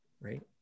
Right